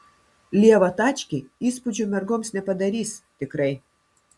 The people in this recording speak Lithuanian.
lieva tačkė įspūdžio mergoms nepadarys tikrai